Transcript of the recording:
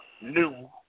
new